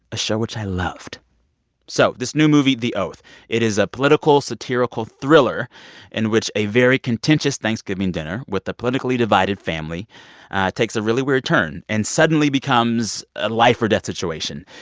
a show which i loved so this new movie the oath it is a political, satirical thriller in which a very contentious thanksgiving dinner with a politically divided family takes a really weird turn and suddenly becomes a life-or-death situation.